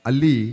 Ali